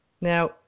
Now